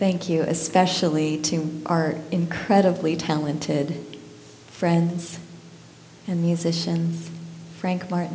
thank you especially to our incredibly talented friend and musician frank m